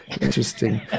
interesting